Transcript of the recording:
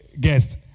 guest